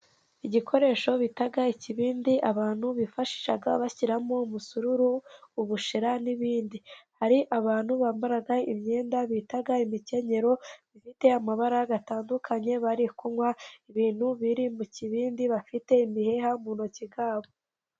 Igikoresho bita ikibindi abantu bifashisha bashyiramo umusururu, ubushera n'ibindi. Hari abantu bambara imyenda bita imikenyero ifite amabara atandukanye, bari kunywa ibintu biri mu kibindi, bafite imiheha mu ntoki zabo.